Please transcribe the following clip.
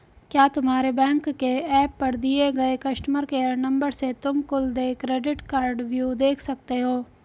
क्या तुम्हारे बैंक के एप पर दिए गए कस्टमर केयर नंबर से तुम कुल देय क्रेडिट कार्डव्यू देख सकते हो?